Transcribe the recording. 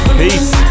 peace